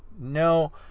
No